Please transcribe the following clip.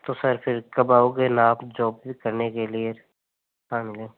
तो सर फिर कब आओगे नाप जोख करने के लिए